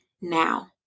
now